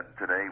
today